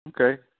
Okay